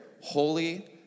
holy